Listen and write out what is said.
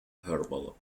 herbal